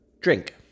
drink